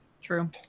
True